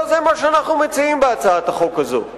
לא זה מה שאנחנו מציעים בהצעת החוק הזאת.